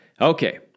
Okay